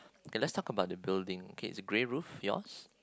okay let's talk about the building okay it's a grey roof yours